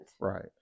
Right